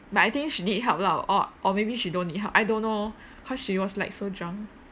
but I think she need help lah or or maybe she don't need help I don't know cause she was like so drunk